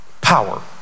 Power